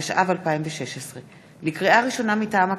התשע"ו 2016. לקריאה ראשונה, מטעם הכנסת: